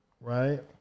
right